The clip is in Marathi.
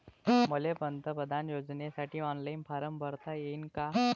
मले पंतप्रधान योजनेसाठी ऑनलाईन फारम भरता येईन का?